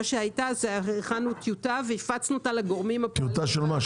מה שהיה זה שהכנו טיוטה והפצנו אותה לגורמים --- טיוטה של מה,